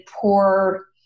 poor